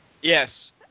yes